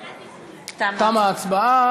תמה ההצבעה.